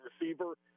receiver